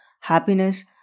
happiness